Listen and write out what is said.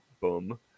boom